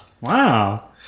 wow